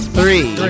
three